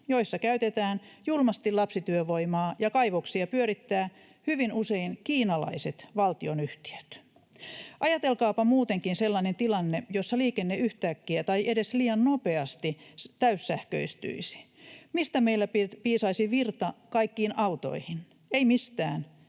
joissa käytetään julmasti lapsityövoimaa ja kaivoksia pyörittävät hyvin usein kiinalaiset valtionyhtiöt. Ajatelkaapa muutenkin sellainen tilanne, jossa liikenne yhtäkkiä tai edes liian nopeasti täyssähköistyisi. Mistä meillä piisaisi virta kaikkiin autoihin? Ei mistään.